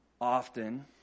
Often